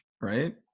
Right